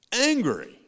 angry